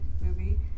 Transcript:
movie